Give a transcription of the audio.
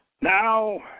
Now